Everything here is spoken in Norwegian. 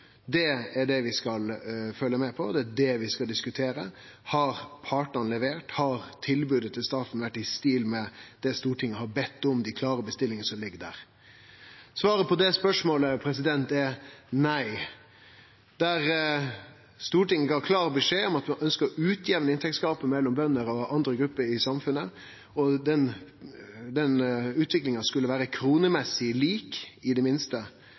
Det er det vi skal følgje med på, og det er det vi skal diskutere. Har partane levert, har tilbodet til staten vore i stil med det Stortinget har bedt om, og dei klare bestillingane som ligg der? Svaret på det spørsmålet er nei. Der Stortinget gav klar beskjed om at vi ønskjer å utjamne inntektsgapet mellom bønder og andre grupper i samfunnet, og at utviklinga skulle vere kronemessig lik i det minste,